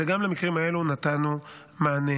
וגם למקרים האלה נתנו מענה.